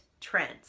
trends